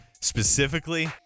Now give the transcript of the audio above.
specifically